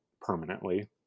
permanently